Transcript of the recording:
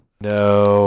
No